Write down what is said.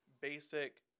basic